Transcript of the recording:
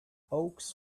oaks